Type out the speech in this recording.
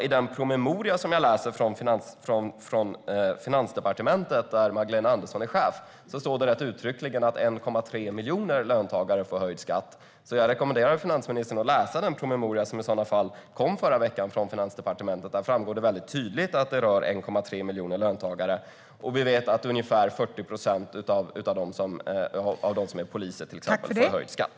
I den promemoria som jag läser från Finansdepartementet, där Magdalena Andersson är chef, står det uttryckligen att 1,3 miljoner löntagare får höjd skatt. Jag rekommenderar finansministern att läsa den promemoria som kom i förra veckan från Finansdepartementet. Där framgår det tydligt att det rör sig om 1,3 miljoner löntagare. Vi vet till exempel att ungefär 40 procent av poliserna får höjd skatt.